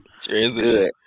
Transition